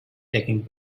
taking